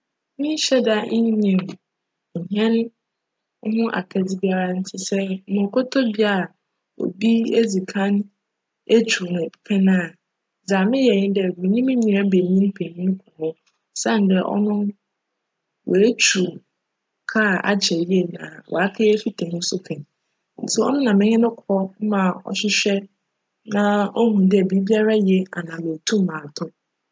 Mennhyj da nnyim hjn no ho akjdze biara ntsi, sj morokctc bi a obi edzi kan etwuw no pjn a, dza meyj nye dj menye mo nua banyin panyin bckc osiandj cno oetwuw kaar akyjr yie ma cakjyj fitanyi so pjn ntsi cno na menye no kc ma chwehwj ma ohu dj biribiara ye ana meetum atc.